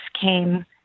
came